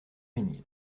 mesnil